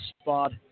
spot